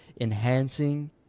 enhancing